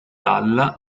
dalla